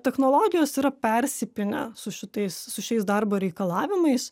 technologijos yra persipynę su šitais su šiais darbo reikalavimais